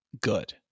good